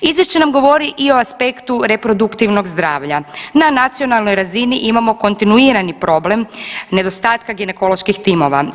Izvješće nam govori i o aspektu reproduktivnog zdravlja, na nacionalnoj razini imamo kontinuirani problem nedostatka ginekoloških timova.